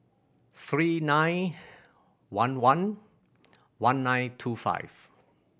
three nine one one one nine two five